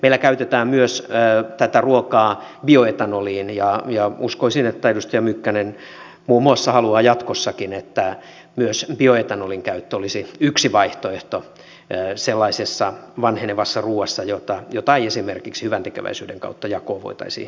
meillä käytetään tätä ruokaa myös bioetanoliin ja uskoisin että muun muassa edustaja mykkänen haluaa jatkossakin että myös bioetanolin käyttö olisi yksi vaihtoehto sellaisessa vanhenevassa ruuassa jota ei esimerkiksi hyväntekeväisyyden kautta jakoon voitaisi laittaa